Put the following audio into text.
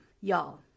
Y'all